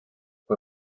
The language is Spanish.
fue